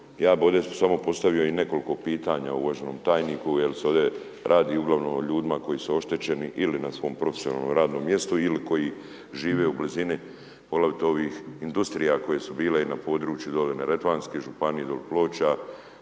Ja bih ovdje samo postavio i nekoliko pitanja uvaženom tajniku jer se ovdje radi uglavnom o ljudima koji su oštećeni ili na svom profesionalnom radnom mjestu ili koji žive u blizini … ovih industrija koje su bile i na području dolje Neretvanske županije, dolje Ploča,